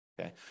Okay